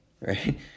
right